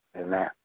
Amen